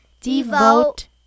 devote